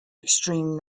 extreme